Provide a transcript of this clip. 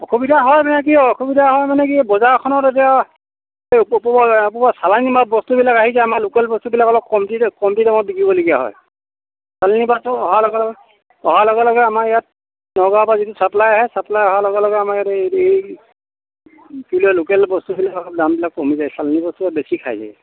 অসুবিধা হয় মানে কি অসুবিধা হয় মানে কি বজাৰখনত এতিয়া এই পূৰা চালানি মাছ বস্তুবিলাক আহিছে আমাৰ লোকেল বস্তুবিলাক অলপ কমটি কমটি দামত বিকিব লগীয়া হয় চালানি বস্তু অহাৰ লগে লগে অহাৰ লগে লগে আমাৰ ইয়াত নগাঁৱৰ পৰা যিটো চাপ্পলাই আহে চাপ্পলাই অহাৰ লগে লগে আমাৰ লোকেল বস্তুখিনি দামবিলাক কমি যায় চালানি বস্তু বেছি খায়গৈ